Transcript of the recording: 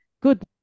good